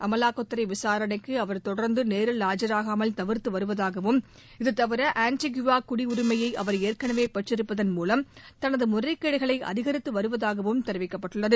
அமலாக்கத்துறை விசாரணைக்கு அவர் தொடர்ந்து நேரில் ஆஜராகாமல் தவிர்த்து வருவதாகவும் இது தவிர ஆன்டுபியா குடியுரிமையை அவர் ஏற்களவே பெறறிருப்பதன் முவம் தனது முறைகேடுகளை அதிகரித்து வருவதாகவும் தெரிவிக்கப்பட்டுள்ளது